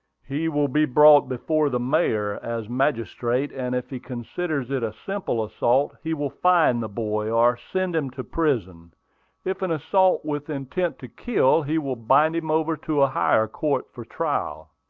he will be brought before the mayor, as magistrate and if he considers it a simple assault, he will fine the boy, or send him to prison if an assault with intent to kill, he will bind him over to a higher court for trial.